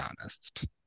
honest